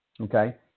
Okay